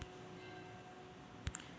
Credit card का हाय?